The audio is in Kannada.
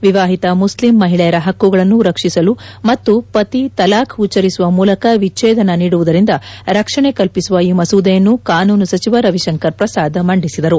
ವಿವಾಹಿತ ಮುಸ್ಲಿಂ ಮಹಿಳೆಯರ ಹಕ್ಕುಗಳನ್ನು ರಕ್ಷಿಸಲು ಮತ್ತು ಪತಿ ತಲಾಖ್ ಉಚ್ಚರಿಸುವ ಮೂಲಕ ವಿಚ್ಚೇದನ ನೀಡುವುದರಿಂದ ರಕ್ಷಣೆ ಕಲ್ಪಿಸುವ ಈ ಮಸೂದೆಯನ್ನು ಕಾನೂನು ಸಚಿವ ರವಿಶಂಕರ್ ಪ್ರಸಾದ್ ಮಂಡಿಸಿದರು